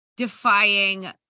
defying